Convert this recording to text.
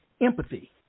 empathy